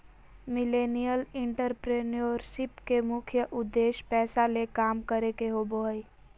millennial entrepreneurship के मुख्य उद्देश्य पैसा ले काम करे के होबो हय